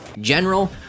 General